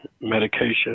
medication